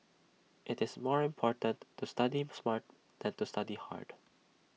IT is more important to study smart than to study hard